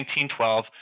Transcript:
1912